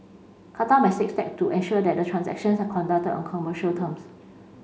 Qatar must take step to ensure that the transactions are conducted on commercial terms